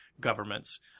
governments